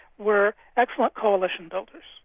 were excellent coalition builders,